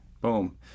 Boom